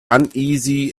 uneasy